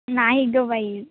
नाही ग बाई